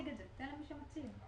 תן למי שמציג את זה.